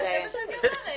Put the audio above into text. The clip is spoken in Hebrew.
זה מה שאני אומרת.